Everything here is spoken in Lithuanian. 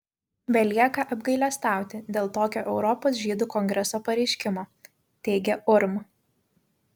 belieka apgailestauti dėl tokio europos žydų kongreso pareiškimo teigia urm